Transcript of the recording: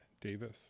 Davis